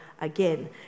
again